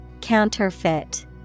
Counterfeit